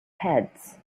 heads